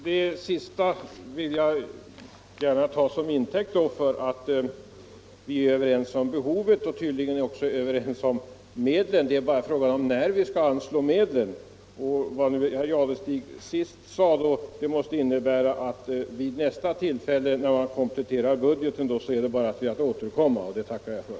Herr talman! Det sista vill jag gärna ta till intäkt för att vi är överens om behovet och tydligen också om medlen; det är bara fråga om när vi skall anslå medlen. Herr Jadestigs senaste uttalande måste innebära att det bara är att återkomma vid nästa tillfälle budgeten kompletteras. Det tackar jag för.